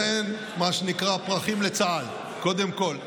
לכן, מה שנקרא, "הפרחים לצה"ל" קודם כול.